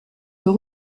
peut